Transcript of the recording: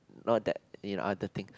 not that you know other thing